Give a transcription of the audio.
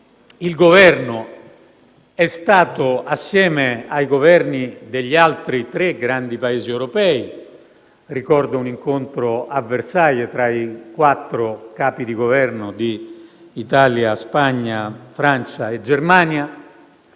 il Governo, assieme ai Governi degli altri tre grandi Paesi europei, in un incontro a Versailles tra i quattro Capi di Governo di Italia, Spagna, Francia e Germania,